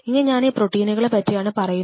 ഇനി ഞാൻ ഈ പ്രോട്ടീനുകളെ പറ്റിയാണ് പറയുന്നത്